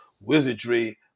wizardry